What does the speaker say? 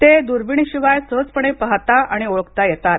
ते दुर्विणीशिवाय सहजपणे पाहता आणि ओळखता येतात